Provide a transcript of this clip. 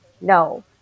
No